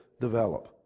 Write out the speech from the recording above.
develop